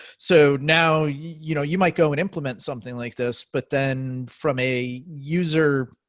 so now, you know you might go and implement something like this, but then from a user